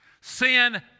sin